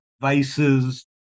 vices